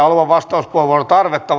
olevan vastauspuheenvuorotarvetta